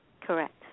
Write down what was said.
Correct